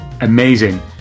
amazing